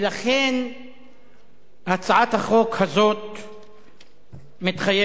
לכן הצעת החוק הזאת מתחייבת.